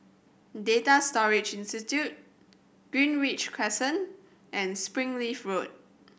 Data Storage Institute Greenridge Crescent and Springleaf Road